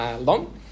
long